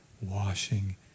washing